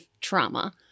trauma